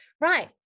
Right